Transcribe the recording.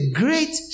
great